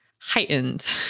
heightened